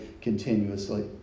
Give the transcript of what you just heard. continuously